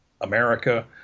America